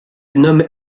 nomme